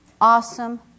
awesome